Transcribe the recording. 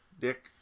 dick